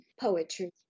poetry